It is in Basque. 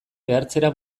behartzera